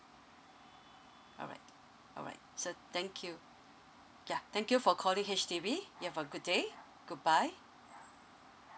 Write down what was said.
alright alright so thank you ya thank you for calling H_D_B you have a good day goodbye